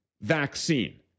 vaccine